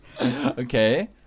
Okay